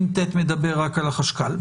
אם (ט) מדבר רק על החשב הכללי.